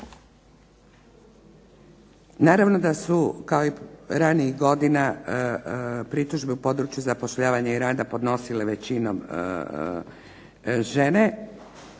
Naravno da su kao i ranijih godina pritužbe u području zapošljavanja i rada podnosile većinom žene,